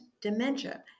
dementia